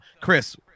Chris